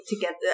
together